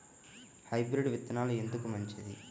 Hybrid విత్తనాలు ఎందుకు మంచిది?